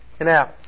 Now